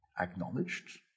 acknowledged